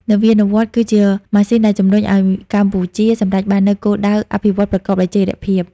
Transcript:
នវានុវត្តន៍គឺជាម៉ាស៊ីនដែលជំរុញឱ្យកម្ពុជាសម្រេចបាននូវគោលដៅអភិវឌ្ឍន៍ប្រកបដោយចីរភាព។